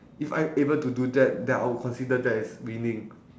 if I'm able to that then I would consider that as winning